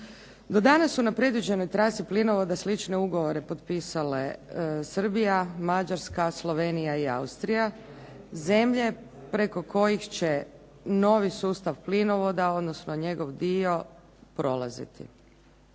Do danas su na predviđenoj trasi plinovoda slične ugovore potpisale Srbija, Mađarska, Slovenija i Austrija, zemlje preko kojih će novi sustav plinovoda, odnosno njegov dio prolaziti.